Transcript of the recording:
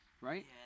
right